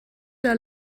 der